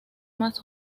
más